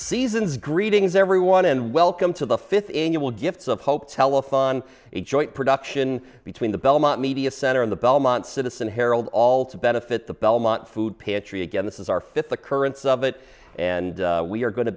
seasons greetings everyone and welcome to the fifth annual gifts of hope telephone a joint production between the belmont media center and the belmont citizen harold all to benefit the belmont food pantry again this is our fifth occurrence of it and we're going to